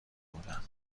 بودن